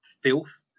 filth